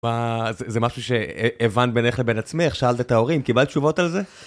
זה משהו שהבנת בינך לבין עצמך, שאלת את ההורים, קיבלת תשובות על זה?